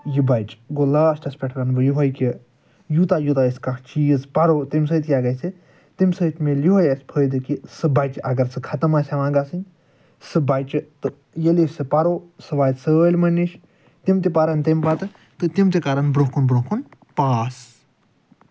یہِ بچہِ گوو لاسٹس پٮ۪ٹھ ؤنہٕ بہٕ یُہے کہِ یوٗتاہ یوٗتاہ أسۍ کانٛہہ چیٖز پرو تمہِ سۭتۍ کیٚاہ گژھِ تمہِ سۭتۍ ملہ یُہے اسہِ فٲٮ۪دٕ کہِ سُہ بچہِ اگر سُہ ختم آسہِ ہٮ۪وان گژھن سُہ بچہٕ تہِ ییٚلہ أسۍ پروو سُہ واتہِ سٲلمن نِش تِم تہِ پرن تمہِ پتہٕ تہِ تِم تہِ کرن برونٛہہ کُن پاس